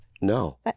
No